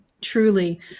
Truly